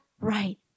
right